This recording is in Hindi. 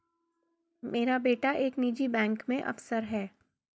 मेरा बेटा एक निजी बैंक में अफसर है